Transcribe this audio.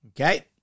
Okay